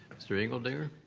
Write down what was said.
mr. engeldinger?